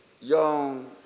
young